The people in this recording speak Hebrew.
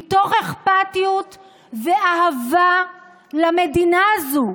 מתוך אכפתיות ואהבה למדינה הזו.